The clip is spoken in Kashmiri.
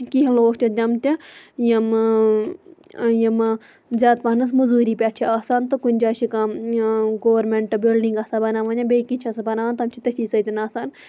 کینٛہہ لوٗکھ چھِ تِم تہِ یِم یِم زیادٕ پَہنَس موٚزوٗری پیٹھ چھِ آسان تہٕ کُنہِ جایہِ چھِ کانٛہہ گورمیٚنٹ بِلڈِنٛگ آسان بَناوان یا بیٚیہِ کینٛہہ چھِ آسان بَناوان تِم چھِ تٔتھی سۭتۍ آسان